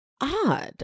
odd